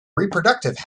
reproductive